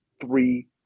three